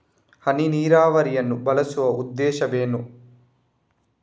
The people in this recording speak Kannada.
ಹನಿ ನೀರಾವರಿಯನ್ನು ಬಳಸುವ ಉದ್ದೇಶವೇನು?